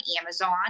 Amazon